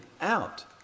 out